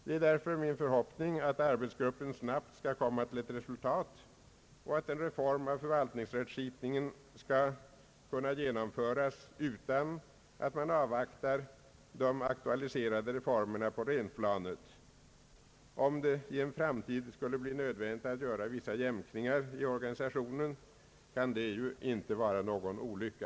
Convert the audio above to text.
Det är därför min förhoppning att arbetsgruppen snabbt skall komma till ett resultat och att en reform av förvaltningsrättskipningen skall kunna genomföras utan att man avvaktar de aktualiserade reformerna på länsplanet. Om det i en framtid skulle bli nödvändigt att göra vissa jämkningar i organisationen, kan det ju inte vara någon olycka.